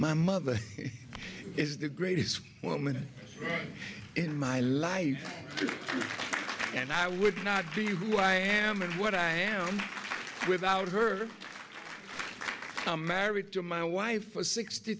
my mother is the greatest woman in my life and i would not be who i am and what i am without her i'm married to my wife for sixty